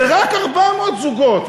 ורק 400 זוגות,